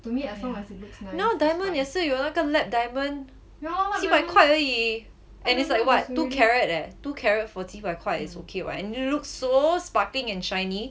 yeah now diamond 也是有那个 lab diamond 几白块而已 and it's like what two carat eh two carat for 几百块 is okay [what] and it looks so sparkling and shiny